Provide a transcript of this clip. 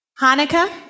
Hanukkah